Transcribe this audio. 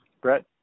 Brett